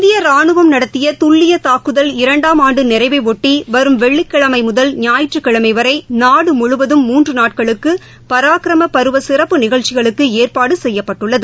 இந்திய ராணுவம் நடத்திய துல்லிய தாக்குதல் இரண்டாம் ஆண்டு நிறைவையொட்டி வரும் வெள்ளிக்கிழமை முதல் ஞாயிற்றுக்கிழமை வரை நாடு முழுவதும் மூன்று நாட்களுக்கு பராக்கிராம பருவ சிறப்பு நிகழ்ச்சிகளுக்கு ஏற்பாடு செய்யப்பட்டுள்ளது